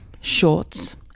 shorts